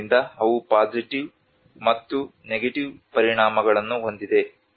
ಆದ್ದರಿಂದ ಅವು ಪಾಸಿಟಿವ್ ಮತ್ತು ನೆಗೆಟಿವ್ ಪರಿಣಾಮಗಳನ್ನು ಹೊಂದಿವೆ